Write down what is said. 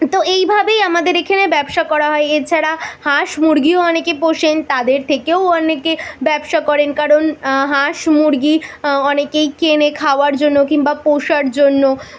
তো এইভাবেই আমাদের এখানে ব্যবসা করা হয় এছাড়া হাঁস মুরগিও অনেকে পোষেন তাদের থেকেও অনেকে ব্যবসা করেন কারণ হাঁস মুরগি অনেকেই কেনে খাওয়ার জন্য কিম্বা পোষার জন্য